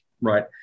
right